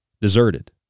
deserted